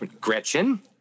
Gretchen